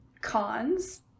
Cons